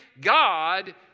God